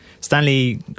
Stanley